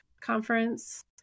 conference